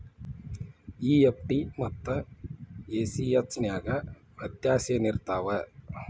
EFT ಮತ್ತ ACH ನ್ಯಾಗಿನ್ ವ್ಯೆತ್ಯಾಸೆನಿರ್ತಾವ?